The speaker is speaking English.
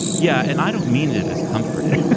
yeah, and i don't mean it as comforting.